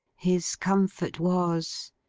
his comfort was,